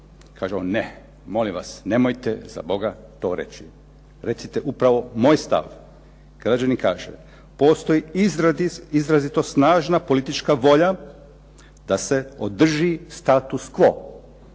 Kaže on ne, molim vas nemojte zaboga to reći, recite upravo moj stav. Građanin kaže: "Postoji izrazito snažna politička volja da se održi status quo,